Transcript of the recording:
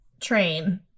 train